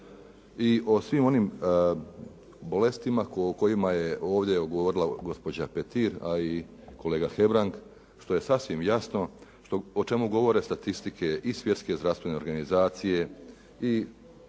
i o svim onim bolestima o kojima je ovdje govorila gospođa Petir, a i kolega Hebrang što je sasvim jasno, o čemu govore statistike i Svjetske zdravstvene organizacije i Hrvatskog